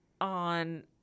on